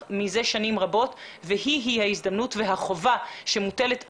מזה שנים רבות והיא היא ההזדמנות והחובה שמוטלת עלינו,